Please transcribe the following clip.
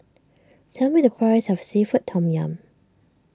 tell me the price of Seafood Tom Yum